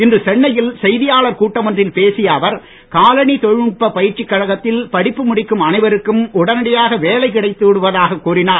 இன்று சென்னையில் செய்தியாளர் கூட்டம் ஒன்றில் பேசிய அவர் காலணி தொழில்நுட்ப பயிற்சிக் கழகத்தில் படிப்பு முடிக்கும் அனைவருக்கும் உடனயாக வேலை கிடைத்துவிடுவதாக கூறினார்